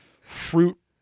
fruit